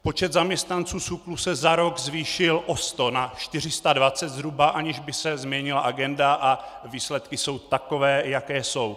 Počet zaměstnanců SÚKL se za rok zvýšil o 100 na 420 zhruba, aniž by se změnila agenda, a výsledky jsou takové, jaké jsou.